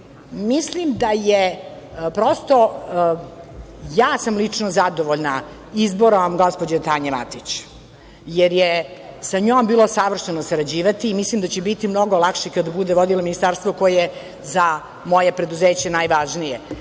mandat i položaj. Ja sam lično zadovoljna izborom gospođe Tanje Matić, jer je sa njom bilo savršeno sarađivati. Mislim da će biti mnogo lakše kada bude vodila ministarstvo koje je za moje preduzeće najvažnije.